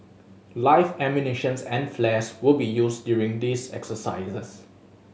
life ammunitions and flares will be used during these exercises